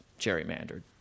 gerrymandered